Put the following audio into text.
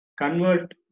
convert